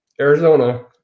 Arizona